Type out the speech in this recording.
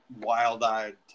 wild-eyed